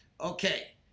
Okay